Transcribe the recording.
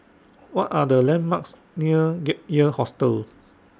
What Are The landmarks near Gap Year Hostel